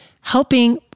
helping